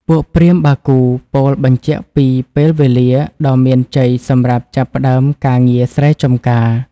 ពួកព្រាហ្មណ៍បាគូពោលបញ្ជាក់ពីពេលវេលាដ៏មានជ័យសម្រាប់ចាប់ផ្ដើមការងារស្រែចម្ការ។